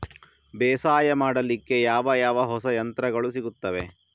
ಬೇಸಾಯ ಮಾಡಲಿಕ್ಕೆ ಯಾವ ಯಾವ ಹೊಸ ಯಂತ್ರಗಳು ಸಿಗುತ್ತವೆ?